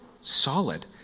solid